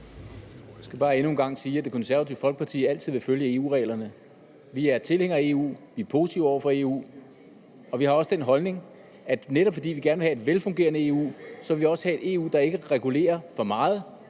Jeg skal bare endnu en gang sige, at Det Konservative Folkeparti altid vil følge EU-reglerne. Vi er tilhængere af EU. Vi er positive over for EU. Og vi har også den holdning, at netop fordi vi gerne vil have et velfungerende EU, vil vi også have et EU, der ikke regulerer for meget